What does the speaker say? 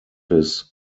his